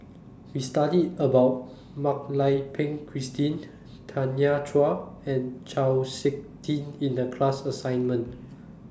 We studied about Mak Lai Peng Christine Tanya Chua and Chau Sik Ting in The class assignment